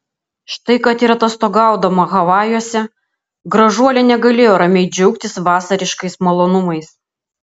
štai kad ir atostogaudama havajuose gražuolė negalėjo ramiai džiaugtis vasariškais malonumais